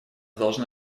должны